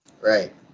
right